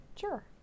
Sure